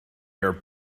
your